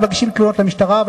מגישים תלונות למשטרה,